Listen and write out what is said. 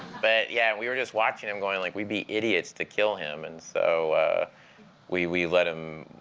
but yeah, we were just watching him going, like, we'd be idiots to kill him. and so we we let him,